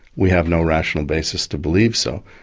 we have no rational basis to believe so.